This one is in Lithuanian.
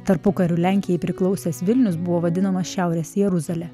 tarpukariu lenkijai priklausęs vilnius buvo vadinamas šiaurės jeruzale